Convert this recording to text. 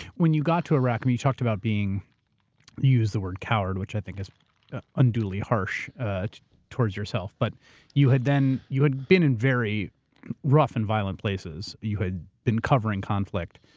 when you got to iraq and you talked about being, you use the word coward, which i think is unduly harsh towards yourself, but you had you had been in very rough and violent places. you had been covering conflict.